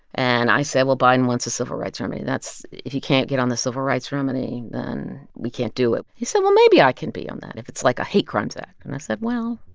and i say, well, biden wants a civil rights remedy. that's if you can't get on the civil rights remedy, then we can't do it. he said, well, maybe i can be on that if it's like a hate crimes act. and i said, well,